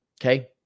Okay